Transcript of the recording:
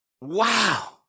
wow